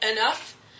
enough